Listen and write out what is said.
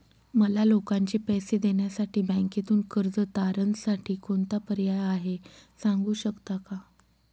मला लोकांचे पैसे देण्यासाठी बँकेतून कर्ज तारणसाठी कोणता पर्याय आहे? सांगू शकता का?